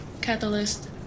Catalyst